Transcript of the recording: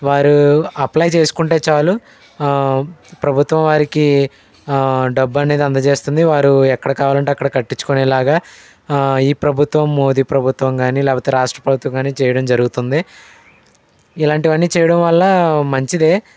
వారు అప్లై చేసుకుంటే చాలు ప్రభుత్వం వారికి డబ్బు అనేది అందచేస్తుంది వారు ఎక్కడ కావాలంటే అక్కడ కట్టించుకునేలాగా ఈ ప్రభుత్వం మోదీ ప్రభుత్వం కాని లేకపోతే రాష్ట్ర ప్రభుత్వం కాని చేయడం జరుగుతుంది ఇలాంటివన్నీ చేయడంవల్ల మంచిదే